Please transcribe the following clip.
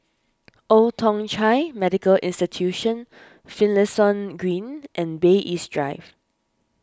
Old Thong Chai Medical Institution Finlayson Green and Bay East Drive